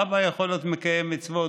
האבא יכול להיות מקיים מצוות,